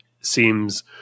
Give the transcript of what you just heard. seems